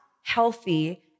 healthy